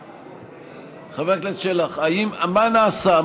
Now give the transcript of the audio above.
חבר הכנסת שלח, מה נעשה?